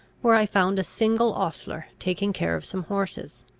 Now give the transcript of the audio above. where i found a single ostler taking care of some horses.